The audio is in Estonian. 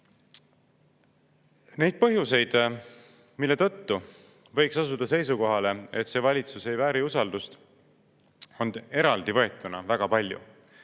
Neid põhjuseid, mille tõttu võiks asuda seisukohale, et see valitsus ei vääri usaldust, on eraldi võetuna väga palju.